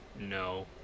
no